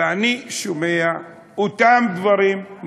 ואני שומע את אותם הדברים,